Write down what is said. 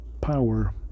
power